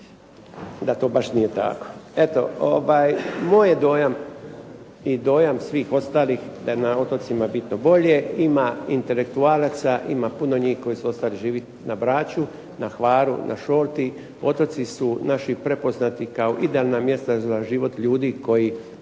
da to baš nije tako. Eto, moj je dojam i dojam svih ostalih da je na otocima bitno bolje, ima intelektualaca, ima puno njih koji su ostali živjeti na Braču, na Hvaru, na Šolti, otoci su naši prepoznati kao idealna mjesta za život ljudi koji